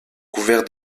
couverts